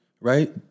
Right